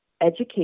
education